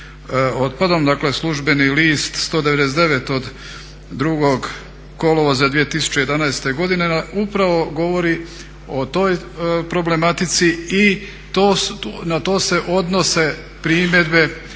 otpadom, dakle službeni list 199 od 2. kolovoza 2011. godine upravo govori o toj problematici i na to se odnose primjedbe